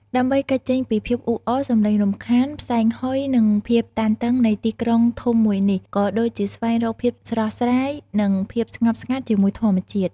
ដើម្បីគេចចេញពីភាពអ៊ូអរ សំឡេងរំខាន ផ្សែងហុយ និងភាពតានតឹងនៃទីក្រុងធំមួយនេះ ក៏ដូចជាស្វែងរកភាពស្រស់ស្រាយនិងភាពស្ងប់ស្ងាត់ជាមួយធម្មជាតិ។